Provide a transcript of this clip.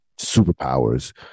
superpowers